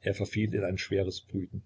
er verfiel in ein schweres brüten